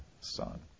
Son